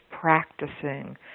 practicing